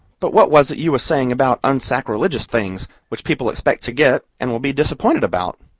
but what was it you was saying about unsacrilegious things, which people expect to get, and will be disappointed about?